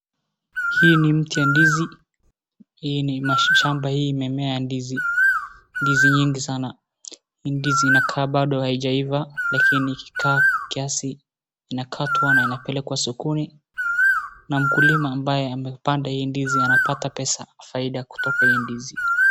Hii ni mti ya ndizi shamba hii imemea ndizi nyingi sana, hii ndizi inakaa bado haijaiva lakini ikikaa kiasi inakatwa na inapelekwa sokoni na mkulima ambaye amepanda hii ndizi anapata pesa faida kutoka hii ndizi.